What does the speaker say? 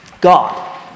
God